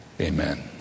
amen